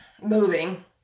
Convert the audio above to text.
moving